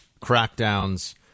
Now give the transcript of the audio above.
crackdowns